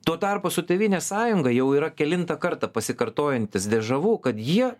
tuo tarpu su tėvynės sąjunga jau yra kelintą kartą pasikartojantis dežavu kad jie